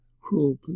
cruel